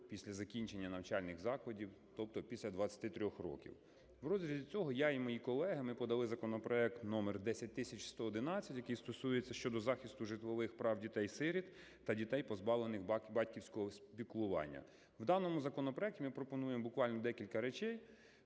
після закінчення навчальних закладів, тобто після 23 років. В розрізі цього я і мої колеги, ми подали законопроект № 10111, який стосується щодо захисту житлових прав дітей-сиріт та дітей, позбавлених батьківського піклування. В даному законопроекті ми пропонуємо буквально декілька речей.